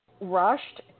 rushed